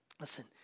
Listen